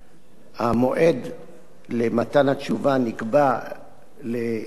המועד למתן התשובה נקבע לשבוע הבא,